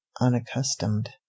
Unaccustomed